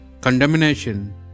condemnation